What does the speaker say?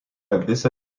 visą